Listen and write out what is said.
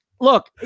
Look